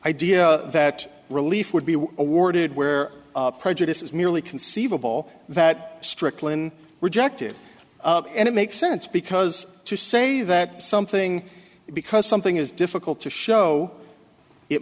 idea that relief would be awarded where prejudice is merely conceivable that stricklin reject it and it makes sense because to say that something because something is difficult to show it